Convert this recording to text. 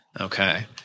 Okay